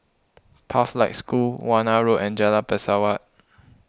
Pathlight School Warna Road and Jalan Pesawat